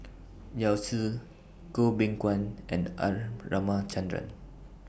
Yao Zi Goh Beng Kwan and R Ramachandran